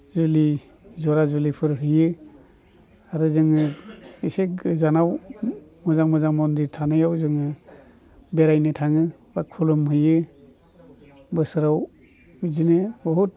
जुलि ज'रा जुलिफोर होयो आरो जोङो एसे गोजानाव मोजां मोजां मन्दिर थानायाव जोङो बेरायनो थाङो बा खुलुमहैयो बोसोराव बिदिनो बुहुद